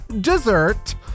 dessert